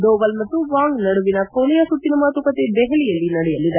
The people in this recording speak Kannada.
ದೋವಲ್ ಮತ್ತು ವಾಂಗ್ ನಡುವಿನ ಕೊನೆಯ ಸುತ್ತಿನ ಮಾತುಕತೆ ದೆಪಲಿಯಲ್ಲಿ ನಡೆಯಲಿದೆ